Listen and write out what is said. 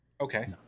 Okay